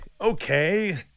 okay